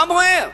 מה בוער?